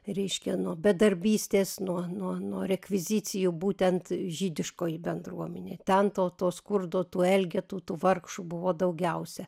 reiškia nuo bedarbystės nuo nuo nuo rekvizicijų būtent žydiškoji bendruomenė ten tau to skurdo tų elgetų tų vargšų buvo daugiausia